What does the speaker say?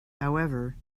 however